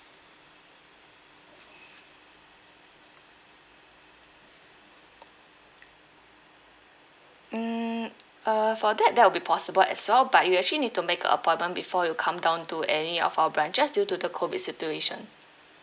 mm uh for that that will be possible as well but you actually need to make a appointment before you come down to any of our branches due to the COVID situation